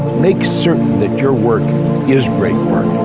make certain that your work is great work,